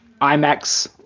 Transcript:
IMAX